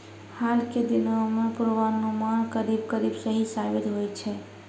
हाल के दिनों मॅ पुर्वानुमान करीब करीब सही साबित होय छै